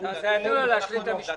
תנו לו להשלים את המשפט.